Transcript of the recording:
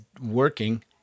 working